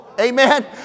Amen